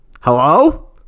hello